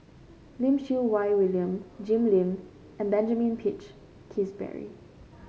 Lim Siew Wai William Jim Lim and Benjamin Peach Keasberry